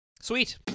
Sweet